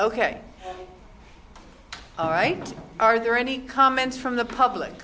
ok all right are there any comments from the public